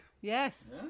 Yes